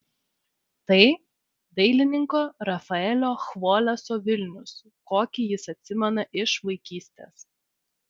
tai dailininko rafaelio chvoleso vilnius kokį jis atsimena iš vaikystės